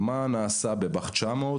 מה נעשה בבא"ח 900,